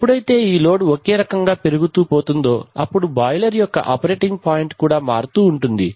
ఎప్పుడైతే ఈ లోడ్ ఒకే రకంగా పెరుగుతూ పోతుందో అప్పుడు బాయిలర్ యొక్క ఆపరేటింగ్ పాయింట్ కూడా మారుతూ ఉంటుంది